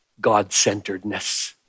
god-centeredness